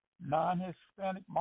non-Hispanic